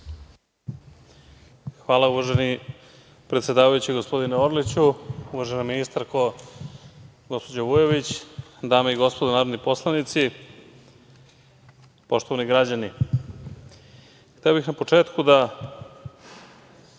uvaženi predsedavajući, gospodine Orliću. Uvažena ministarko, gospođo Vujović, dame i gospodo narodni poslanici, poštovani građani, hteo bih na početku da